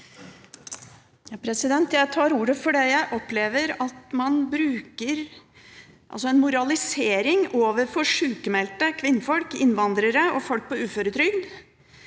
Jeg tar ordet fordi jeg opplever at man bruker en moralisering overfor sykmeldte kvinnfolk, innvandrere og folk på uføretrygd